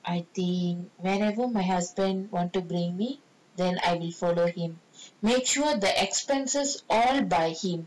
I think wherever my husband want to bring me then I will follow him made sure the expenses all by him